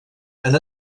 han